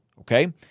Okay